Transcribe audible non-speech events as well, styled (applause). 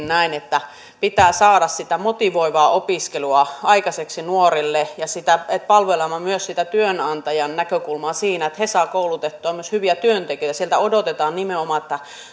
(unintelligible) näin että pitää saada sitä motivoivaa opiskelua aikaiseksi nuorille ja sitä että palvelemme sitä työnantajan näkökulmaa siinä että he saavat koulutettua myös hyviä työntekijöitä siellä odotetaan nimenomaan että heille